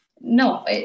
no